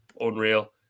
Unreal